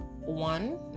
one